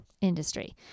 industry